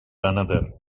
another